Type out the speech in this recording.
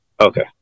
Okay